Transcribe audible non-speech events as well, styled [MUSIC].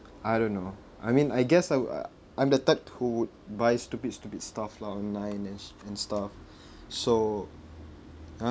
I don't know I mean I guess I w~ I'm the type who would buy stupid stupid stuff lah online as~ and stuff [BREATH] so